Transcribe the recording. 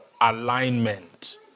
alignment